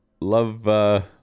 Love